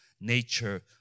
nature